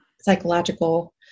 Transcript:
psychological